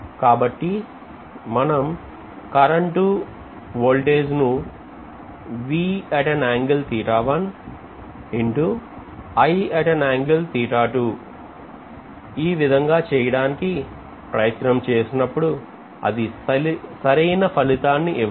కాబట్టి మనం current voltage ను ఈ విధంగా చేయడానికి ప్రయత్నం చేసినప్పుడు అది సరైన ఫలితాన్ని ఇవ్వదు